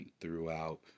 throughout